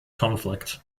conflict